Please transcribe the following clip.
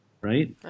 right